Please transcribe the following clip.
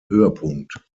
höhepunkt